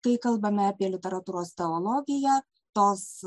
kai kalbame apie literatūros teologiją tos